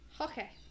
Okay